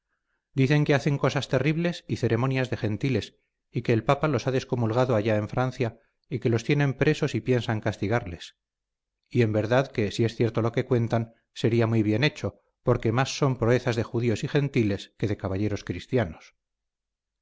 dicen que hacen cosas terribles y ceremonias de gentiles y que el papa los ha descomulgado allá en francia y que los tienen presos y piensan castigarles y en verdad que si es cierto lo que cuentan sería muy bien hecho porque más son proezas de judíos y gentiles que de caballeros cristianos